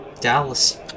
Dallas